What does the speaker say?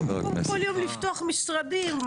במקום כל יום לפתוח משרדים,